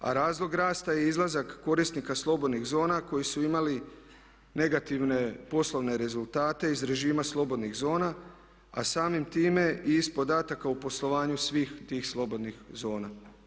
A razlog rasta je izlazak korisnika slobodnih zona koji su imali negativne poslovne rezultate iz režima slobodnih zona, a samim time i iz podataka u poslovanju svih tih slobodnih zona.